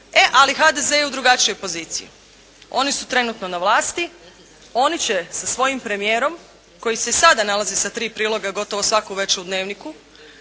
Ali HDZ je u drugačijoj poziciji. Oni su trenutno na vlasti, oni će sa svojim premijerom koji se sada nalazi sa tri priloga gotovo svaku večer u Dnevniku,